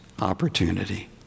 opportunity